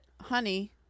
Honey